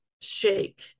shake